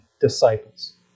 disciples